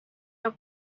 your